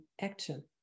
action